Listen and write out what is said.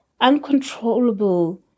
uncontrollable